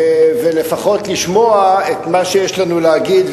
לפחות לשמוע את מה שיש לנו להגיד,